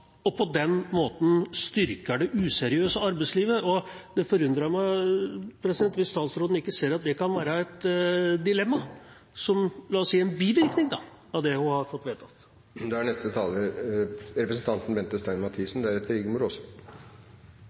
og på den måten styrke det useriøse arbeidslivet. Det forundrer meg hvis statsråden ikke ser at det kan være et dilemma – la oss si at det kan være en bivirkning av det hun har fått vedtatt. Det var representanten